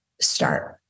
start